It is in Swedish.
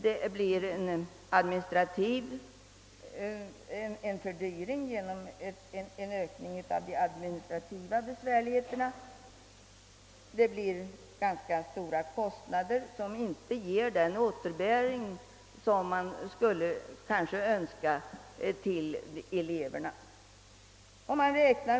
Det uppstår administrativa besvärligheter som leder till en fördyring, och eleverna får inte den återbäring som man kanske skulle önska.